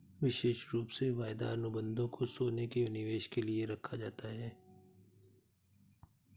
विशेष रूप से वायदा अनुबन्धों को सोने के निवेश के लिये रखा जाता है